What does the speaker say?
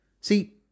See